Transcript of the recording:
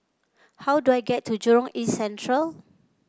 how do I get to Jurong East Central